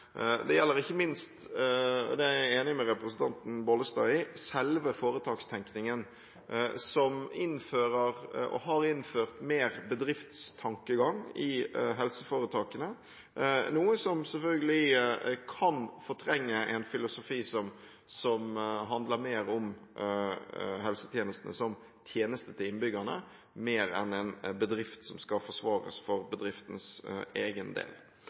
Det gjelder ikke minst – og det er jeg enig med representanten Bollestad i – selve foretakstenkningen. Det innføres og er innført mer bedriftstankegang i helseforetakene, noe som selvfølgelig kan fortrenge en filosofi som handler mer om helsetjenestene som tjeneste til innbyggerne enn en bedrift som skal forsvares for bedriftens egen del.